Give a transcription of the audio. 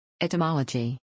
Etymology